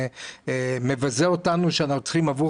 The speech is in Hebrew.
זה מבזה אותנו שאנחנו צריכים עבור